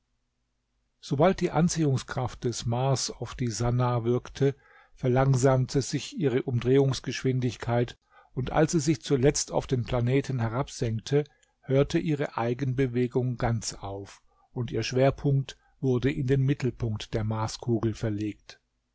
sobald die anziehungskraft des mars auf die sannah wirkte verlangsamte sich ihre umdrehungsgeschwindigkeit und als sie sich zuletzt auf den planeten herabsenkte hörte ihre eigenbewegung ganz auf und ihr schwerpunkt wurde in den mittelpunkt der marskugel verlegt